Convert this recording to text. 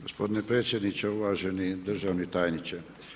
Gospodine predsjedniče, uvaženi državni tajniče.